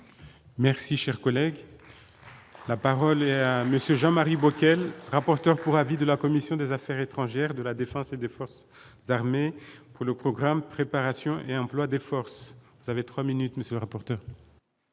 Merci, cher collègue, la parole. Jean-Marie Bockel, rapporteur pour avis de la commission des Affaires étrangères de la Défense et des forces armées pour le programme de préparation et emploi des forces savait 3 minutes monsieur rapporte.